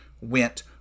went